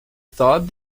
thought